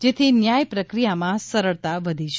જેથી ન્યાય પ્રક્રિયામાં સરળતા વધી છે